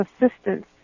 assistance